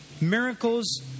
Miracles